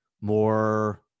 more